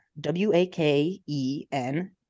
W-A-K-E-N